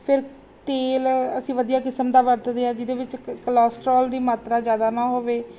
ਫਿਰ ਤੇਲ ਅਸੀਂ ਵਧੀਆ ਕਿਸਮ ਦਾ ਵਰਤਦੇ ਹਾਂ ਜਿਹਦੇ ਵਿੱਚ ਕ ਕਲੋਸਟਰੋਲ ਦੀ ਮਾਤਰਾ ਜ਼ਿਆਦਾ ਨਾ ਹੋਵੇ